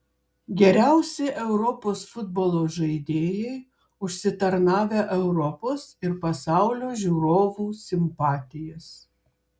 geriausi europos futbolo žaidėjai užsitarnavę europos ir pasaulio žiūrovų simpatijas